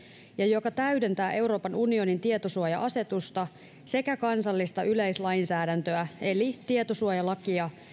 ja joka täydentää euroopan unionin tietosuoja asetusta sekä kansallista yleislainsäädäntöä eli tietosuojalakia